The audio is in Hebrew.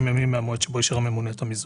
ימים מהמועד שבו אישר הממונה את המיזוג.